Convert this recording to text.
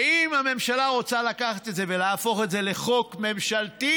ואם הממשלה רוצה לקחת את זה ולהפוך את זה לחוק ממשלתי,